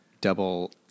double